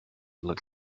look